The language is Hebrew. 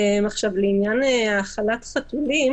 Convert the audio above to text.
לעניין האכלת חתולים